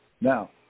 Now